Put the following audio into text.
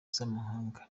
z’amahanga